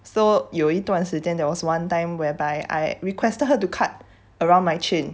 so 有一段时间 there was one time whereby I requested her to cut around my chin